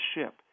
ship